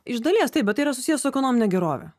iš dalies taip bet tai yra susiję su ekonomine gerove